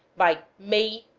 by may,